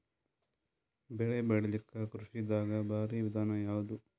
ಬೆಳೆ ಬೆಳಿಲಾಕ ಕೃಷಿ ದಾಗ ಭಾರಿ ವಿಧಾನ ಯಾವುದು?